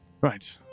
Right